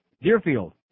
Deerfield